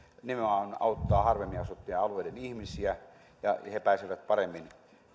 nimenomaan auttaa harvemmin asuttujen alueiden ihmisiä ja he he pääsevät paremmin